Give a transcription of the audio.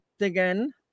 again